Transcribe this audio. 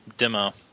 demo